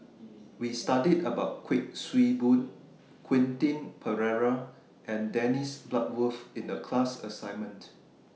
We studied about Kuik Swee Boon Quentin Pereira and Dennis Bloodworth in The class assignment